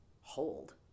hold